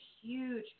huge